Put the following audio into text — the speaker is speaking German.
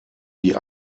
die